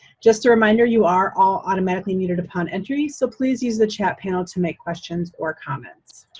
just a reminder, you are all automatically muted upon entry, so please use the chat panel to make questions or comments.